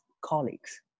colleagues